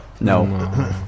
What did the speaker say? No